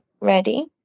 ready